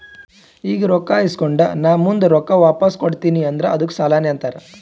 ಈಗ ರೊಕ್ಕಾ ಇಸ್ಕೊಂಡ್ ನಾ ಮುಂದ ರೊಕ್ಕಾ ವಾಪಸ್ ಕೊಡ್ತೀನಿ ಅಂದುರ್ ಅದ್ದುಕ್ ಸಾಲಾನೇ ಅಂತಾರ್